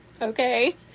okay